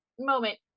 moment